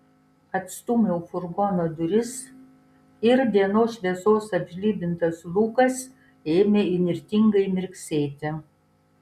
atstūmiau furgono duris ir dienos šviesos apžlibintas lukas ėmė įnirtingai mirksėti